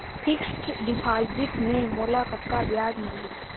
Fixed deposit मे मोला कतका ब्याज मिलही?